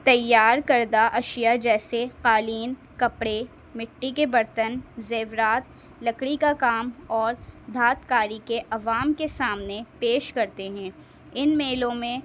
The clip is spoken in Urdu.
تیار کردہ اشیاء جیسے قالین کپڑے مٹی کے برتن زیورات لکڑی کا کام اور دھات کاری کے عوام کے سامنے پیش کرتے ہیں ان میلوں میں